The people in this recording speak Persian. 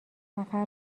سفر